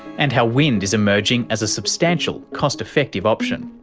and how wind is emerging as a substantial cost effective option.